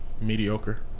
Mediocre